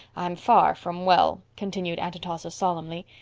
i'm far from well, continued aunt atossa solemnly,